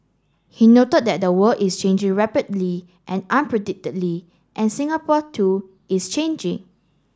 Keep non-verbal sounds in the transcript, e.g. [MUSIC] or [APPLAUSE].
he noted that the world is changing rapidly and [UNINTELLIGIBLE] and Singapore too is changing